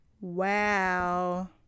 wow